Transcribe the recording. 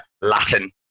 Latin